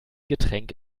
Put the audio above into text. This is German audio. getränk